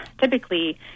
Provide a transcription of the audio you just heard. typically